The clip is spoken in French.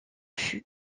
fut